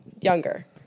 younger